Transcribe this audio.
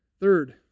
Third